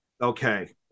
okay